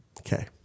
Okay